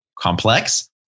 complex